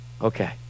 okay